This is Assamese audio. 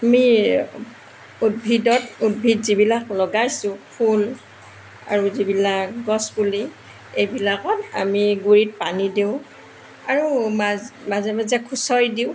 আমি উদ্ভিদত উদ্ভিদ যিবিলাক লগাইছো ফুল আৰু যিবিলাক গছপুলি এইবিলাকত আমি গুৰিত পানী দিওঁ আৰু মাজ মাজে মাজে খুচৰি দিওঁ